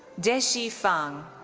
dezhi fang.